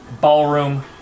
ballroom